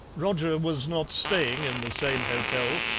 roger was not staying in the same hotel,